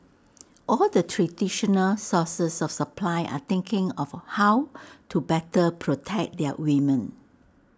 all the traditional sources of supply are thinking of how to better protect their women